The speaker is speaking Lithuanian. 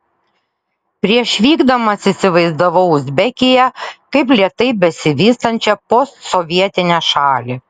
prieš vykdamas įsivaizdavau uzbekiją kaip lėtai besivystančią postsovietinę šalį